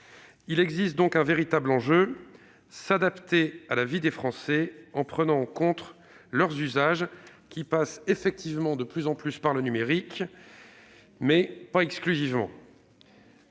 Il existe donc un véritable enjeu : s'adapter à la vie des Français, en prenant en compte leurs usages, qui passent effectivement de plus en plus par le numérique, mais pas de manière